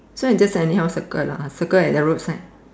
so I just anyhow circle lah circle at the roadside